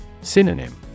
Synonym